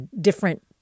different